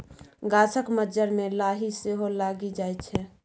गाछक मज्जर मे लाही सेहो लागि जाइ छै